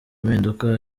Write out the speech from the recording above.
impinduka